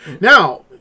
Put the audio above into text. Now